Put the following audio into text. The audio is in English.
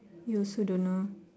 you also don't know